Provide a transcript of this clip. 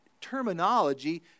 terminology